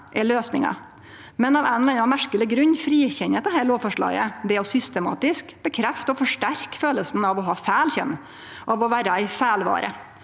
er løysinga. Av ein eller annan merkeleg grunn frikjenner dette lovforslaget det å systematisk bekrefte og forsterke følelsen av å ha feil kjønn – av å vere ei feilvare.